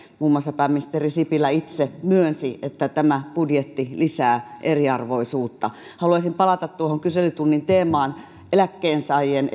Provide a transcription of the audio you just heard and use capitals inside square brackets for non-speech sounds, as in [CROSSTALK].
muun muassa pääministeri sipilä itse myönsi että tämä budjetti lisää eriarvoisuutta haluaisin palata tuohon kyselytunnin teemaan esimerkiksi eläkkeensaajien [UNINTELLIGIBLE]